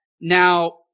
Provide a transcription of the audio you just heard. Now